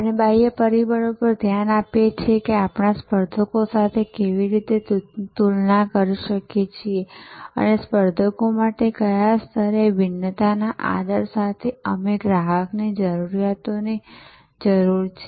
આપણે બાહ્ય પરિબળો પર ધ્યાન આપીએ છીએ કે આપણે સ્પર્ધકો સાથે કેવી રીતે તુલના કરીએ છીએ અને સ્પર્ધકો માટે કયા સ્તરે ભિન્નતાના આદર સાથે અમને ગ્રાહકની જરૂરિયાતોની જરૂર છે